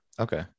Okay